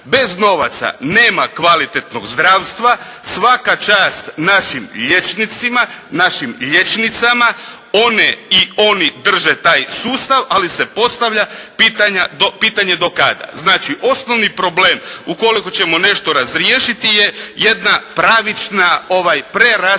bez novaca nema kvalitetnog zdravstva, svaka čast našim liječnicima i našim liječnicama, oni i one drže taj sustav ali se postavlja pitanje do kada, znači osnovni problem ukoliko ćemo nešto razriješiti je jedna pravična preraspodjela